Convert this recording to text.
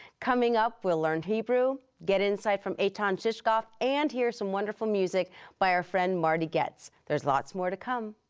coming up we'll learn hebrew, get insight from eitan shishkoff, and hear some wonderful music by our friend marty goetz. there's lots more to come.